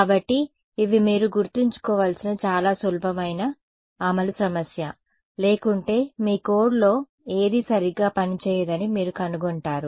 కాబట్టి ఇవి మీరు గుర్తుంచుకోవలసిన చాలా సులభమైన అమలు సమస్య లేకుంటే మీ కోడ్లో ఏదీ సరిగ్గా పనిచేయదని మీరు కనుగొంటారు